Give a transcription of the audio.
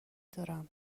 دارم